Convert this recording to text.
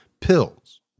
pills